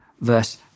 verse